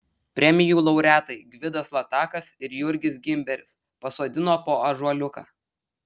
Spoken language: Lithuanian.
premijų laureatai gvidas latakas ir jurgis gimberis pasodino po ąžuoliuką